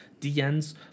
DNs